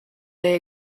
they